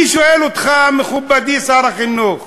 אני שואל אותך, מכובדי שר החינוך,